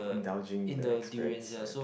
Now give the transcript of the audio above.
indulging in the experience